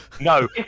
No